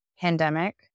pandemic